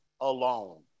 alone